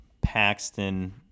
Paxton